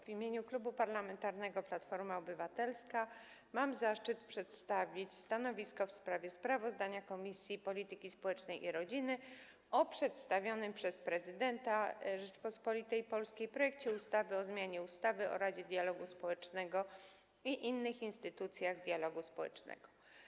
W imieniu Klubu Parlamentarnego Platforma Obywatelska mam zaszczyt przedstawić stanowisko w sprawie sprawozdania Komisji Polityki Społecznej i Rodziny o przedstawionym przez Prezydenta Rzeczypospolitej Polskiej projekcie ustawy o zmianie ustawy o Radzie Dialogu Społecznego i innych instytucjach dialogu społecznego.